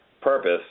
purpose